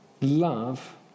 love